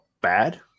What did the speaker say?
bad